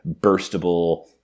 burstable